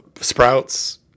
sprouts